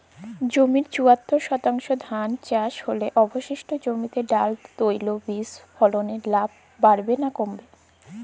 জমির চুয়াত্তর শতাংশে ধান চাষ হলে অবশিষ্ট জমিতে ডাল তৈল বীজ ফলনে লাভ বাড়বে না কমবে?